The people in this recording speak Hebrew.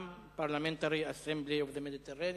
Parliamentary Assembly of the Mediterranean,